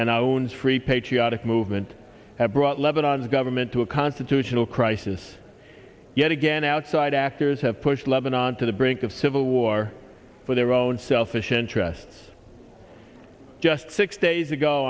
ionas free patriotic movement have brought lebanon's government to a constitutional crisis yet again outside actors have pushed lebanon to the brink of civil war for their own selfish interests just six days ago